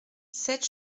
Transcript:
sept